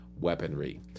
weaponry